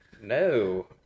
No